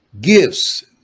gifts